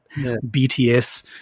BTS